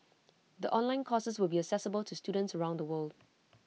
the online courses will be accessible to students around the world